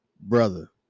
Brother